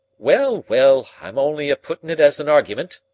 well, well, i'm only puttin' it as an argument,